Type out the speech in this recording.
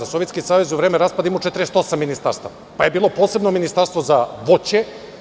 Sovjetski savez je u vreme raspada imao 48 ministarstava, pa je bilo posebno ministarstvo za voće.